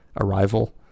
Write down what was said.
Arrival